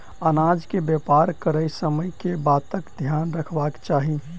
अनाज केँ व्यापार करैत समय केँ बातक ध्यान रखबाक चाहि?